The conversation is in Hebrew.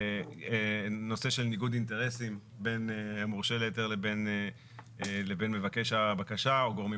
נושא של ניגוד אינטרסים בין מורשה להיתר לבין מבקש הבקשה או גורמים